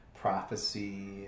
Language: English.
prophecy